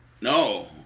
No